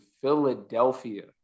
Philadelphia